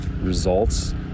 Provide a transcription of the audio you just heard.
results